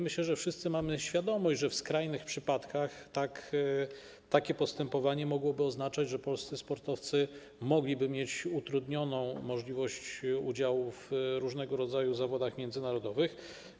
Myślę, że wszyscy mamy świadomość, że w skrajnych przypadkach takie postępowanie mogłoby oznaczać, że polscy sportowcy mogliby mieć utrudnioną możliwość udziału w różnego rodzaju zawodach międzynarodowych.